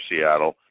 Seattle